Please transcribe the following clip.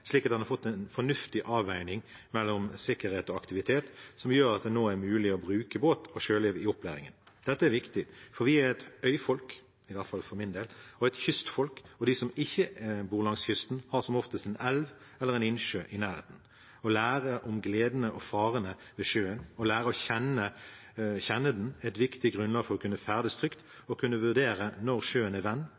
slik at en har fått en fornuftig avveining mellom sikkerhet og aktivitet, som gjør at det nå er mulig å bruke båt og sjøliv i opplæringen. Dette er viktig, for vi er et øyfolk – i hvert fall jeg, for min del – og et kystfolk. De som ikke bor langs kysten, har som oftest en elv eller en innsjø i nærheten. Å lære om gledene og farene ved sjøen og å lære å kjenne den er et viktig grunnlag for å kunne ferdes trygt og kunne vurdere når sjøen er venn,